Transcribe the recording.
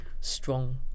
strong